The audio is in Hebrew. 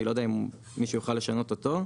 אני לא יודע אם מישהו יוכל לשנות אותו.